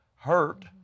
Hurt